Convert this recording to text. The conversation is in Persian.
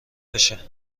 بشه